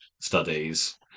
studies